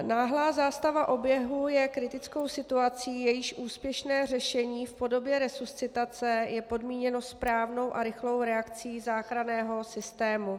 Náhlá zástava oběhu je kritickou situací, jejíž úspěšné řešení v podobě resuscitace je podmíněno správnou a rychlou reakcí záchranného systému.